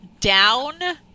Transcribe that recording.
down